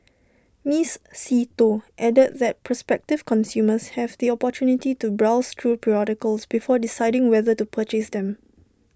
miss see Tho added that prospective consumers have the opportunity to browse through periodicals before deciding whether to purchase them